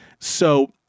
So-